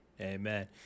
Amen